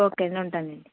okay ఉంటానండి